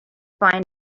find